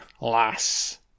lass